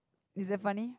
is it funny